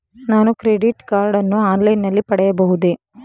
ನಾನು credit card ಅನ್ನು online ನಲ್ಲಿ ಪಡೆಯಬಹುದೇ?